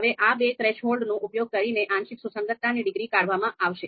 હવે આ બે થ્રેશોલ્ડનો ઉપયોગ કરીને આંશિક સુસંગતતાની ડિગ્રી કાઢવામાં આવશે